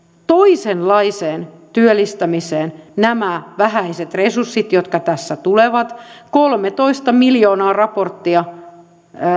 toisenlaiseen työllistämiseen nämä vähäiset resurssit jotka tässä tulevat kolmetoista miljoonaa raporttia